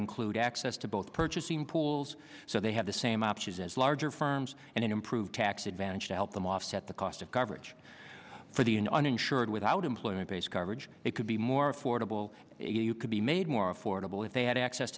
include access to both purchasing pools so they have the same options as larger firms and improve tax advantage to help them offset the cost of coverage for the an uninsured without employment based coverage it could be more affordable if you could be made more affordable if they had access